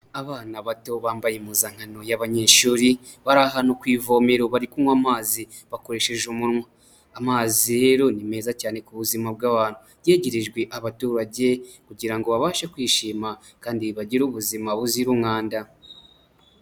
Abana bato bambaye impuzankano y'abanyeshuri bari ahantu kw’ivomero bari kunywa amazi bakoresheje umunwa, amazi rero ni meza cyane ku buzima bw'abantu. Yegerejwe abaturage kugira ngo babashe kwishima, kandi bagire ubuzima buzira umwanda.